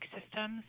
systems